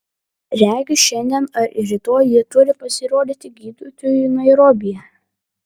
regis šiandien ar rytoj ji turi pasirodyti gydytojui nairobyje